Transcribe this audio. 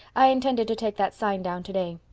i intended to take that sign down today.